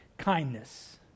kindness